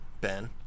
ben